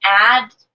add